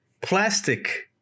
Plastic